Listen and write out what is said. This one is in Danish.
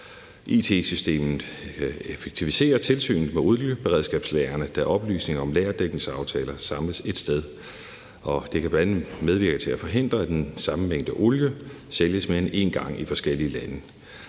It-systemet effektiviserer tilsyn med olieberedskabslagrene, da oplysninger om lagerdækningsaftaler samles ét sted. Det kan bl.a. medvirke til at forhindre, at den samme mængde olie sælges mere end én gang i forskellige lande.